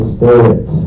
Spirit